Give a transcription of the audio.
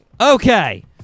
Okay